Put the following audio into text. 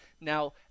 Now